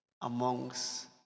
amongst